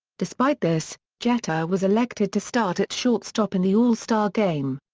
despite this, jeter was elected to start at shortstop in the all-star game.